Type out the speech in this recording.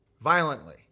violently